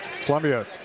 Columbia